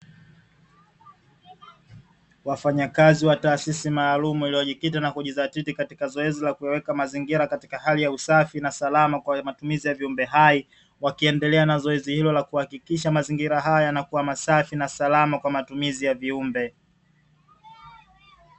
Wafanyakazi wa taasisi maalumu, iliyojikita na kujizatiti katika zoezi la kuyaweka mazingira katika hali ya usafi na salama kwa matumizi ya viumbe hai, wakiendelea na zoezi hilo la kuhakikisha mazingira haya yanakuwa masafi na salama kwa matumizi ya viumbe.